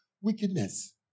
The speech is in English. wickedness